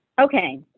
Okay